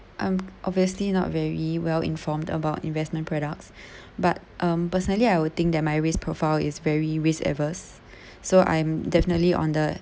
I'm obviously not very well informed about investment products but um personally I would think that my risk profile is very risk averse so I'm definitely on the